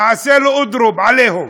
נעשה לו אודרוב, עליהום,